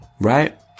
right